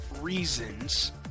reasons